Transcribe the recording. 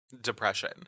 Depression